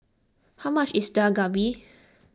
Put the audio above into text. how much is Dak Galbi